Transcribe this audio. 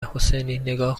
حسینی، نگاه